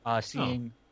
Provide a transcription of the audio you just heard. seeing